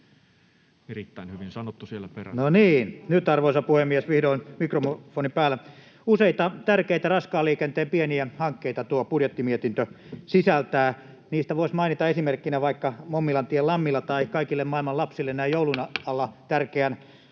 mikrofonin ollessa suljettuna] No niin, arvoisa puhemies, nyt vihdoin mikrofoni päällä. — Useita tärkeitä raskaan liikenteen pieniä hankkeita tuo budjettimietintö sisältää. Niistä voisi mainita esimerkkinä vaikka Mommilantien Lammilla tai kaikille maailman lapsille näin joulun alla tärkeän